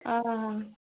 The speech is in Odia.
ଓହୋ